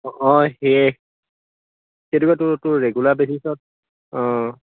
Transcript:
অঁ অঁ সেই সেইটোকে তোৰ ৰেগুলাৰ বেচিছত অঁ